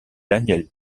daniel